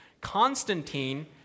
Constantine